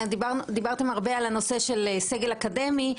דיברתם הרבה על הנושא של סגל אקדמי,